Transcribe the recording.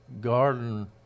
garden